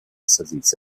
servizi